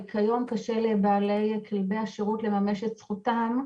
כיום קשה לבעלי כלבי השירות לממש את זכותם,